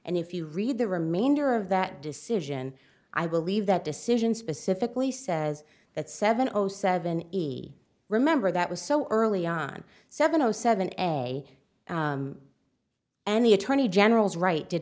and if you read the remainder of that decision i will leave that decision specifically says that seven o seven remember that was so early on seven zero seven a and the attorney general's right did